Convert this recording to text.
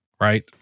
right